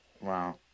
Wow